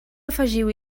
afegiu